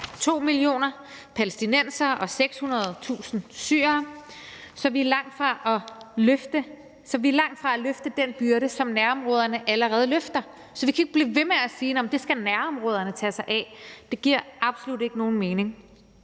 2 millioner palæstinensere og 600.000 syrere, så vi er langt fra at løfte den byrde, som nærområderne allerede løfter, så vi kan ikke blive ved med at sige, at det skal nærområderne tage sig af, for det giver absolut ikke nogen mening.